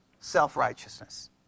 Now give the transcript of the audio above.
self-righteousness